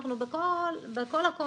אנחנו בכל הקונטקסט,